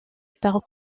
par